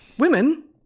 Women